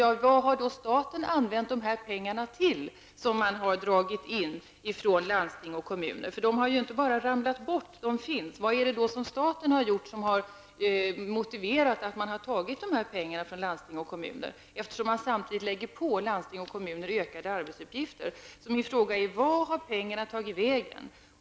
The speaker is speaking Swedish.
Till vad har då staten använt de pengar som man har dragit in från landsting och kommuner? Vad är det som har motiverat att staten har tagit dessa pengar från landsting och kommuner? Samtidigt lägger man ju på landsting och kommuner ökade arbetsuppgifter. Min fråga är alltså: Vart har pengarna tagit vägen?